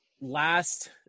Last